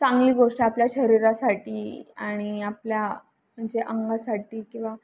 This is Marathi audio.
चांगली गोष्ट आपल्या शरीरासाठी आणि आपल्या म्हणजे अंगासाठी किंवा